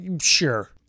Sure